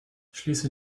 schließe